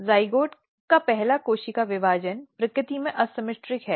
zygote का पहला कोशिका विभाजन प्रकृति में असममित है